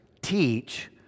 teach